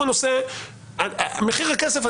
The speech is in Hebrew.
מחיר הכסף,